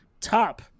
top